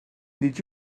nid